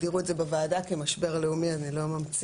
הגדירו את זה בוועדה כמשבר לאומי, אני לא ממציאה.